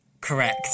Correct